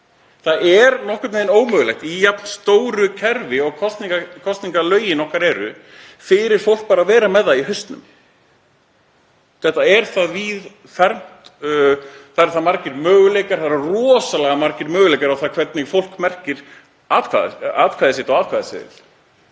Það er nokkurn veginn ómögulegt í jafn stóru kerfi og kosningalögin okkar eru fyrir fólk bara að vera með það í hausnum. Þetta er það víðfeðmt, það eru það margir möguleikar. Það eru rosalega margir möguleikar á það hvernig fólk merkir atkvæði sitt á atkvæðaseðil.